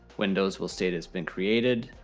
windows will state has been created.